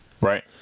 Right